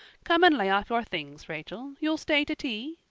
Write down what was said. come and lay off your things, rachel. you'll stay to tea?